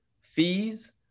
fees